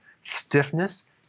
stiffness